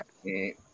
Okay